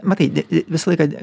matai visą laiką